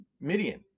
Midian